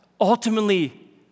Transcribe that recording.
ultimately